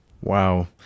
Wow